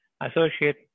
Associate